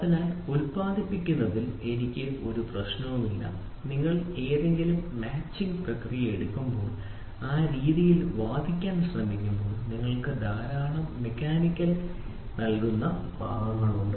അതിനാൽ ഉൽപ്പാദിപ്പിക്കുന്നതിൽ എനിക്ക് ഒരു പ്രശ്നവുമില്ല നിങ്ങൾ ഏതെങ്കിലും മാച്ചിംഗ് പ്രക്രിയ എടുക്കുമ്പോൾ ആ രീതിയിൽ വാദിക്കാൻ ശ്രമിക്കുമ്പോൾ നിങ്ങൾക്ക് ധാരാളം മെക്കാനിക്കൽ ചലിക്കുന്ന ഭാഗങ്ങളുണ്ട്